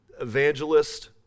Evangelist